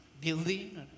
building